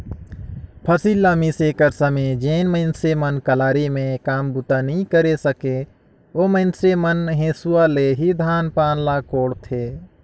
फसिल ल मिसे कर समे जेन मइनसे मन कलारी मे काम बूता नी करे सके, ओ मइनसे मन हेसुवा ले ही धान पान ल कोड़थे